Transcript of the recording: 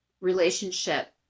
relationship